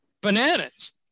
bananas